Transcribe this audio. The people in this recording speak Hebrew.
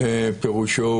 פירושו